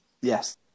Yes